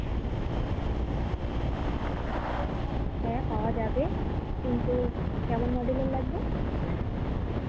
হ্যাঁ পাওয়া যাবে কিন্তু কেমন মডেলের লাগবে